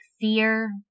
fear